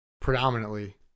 predominantly